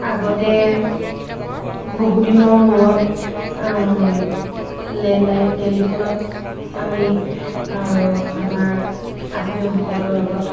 আগতে বহু দিনৰ মূৰত লেণ্ডলাইন টেলিফোনত আমি আমাৰ আত্মীয়সকলৰ লগত